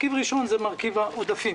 מרכיב ראשון הוא מרכיב העודפים.